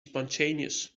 spontaneous